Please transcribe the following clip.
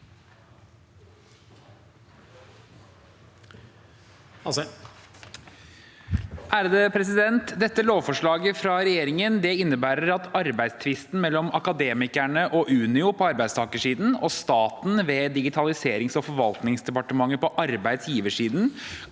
for saken): Dette lovforslaget fra regjeringen innebærer at arbeidstvisten mellom Akademikerne og Unio på arbeidstakersiden og staten ved Digitaliserings- og forvaltningsdepartmentet på arbeidsgiversiden,